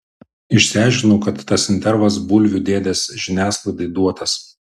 išsiaiškinau kad tas intervas bulvių dėdės žiniasklaidai duotas